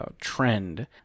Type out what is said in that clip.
trend